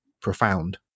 profound